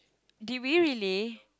did we really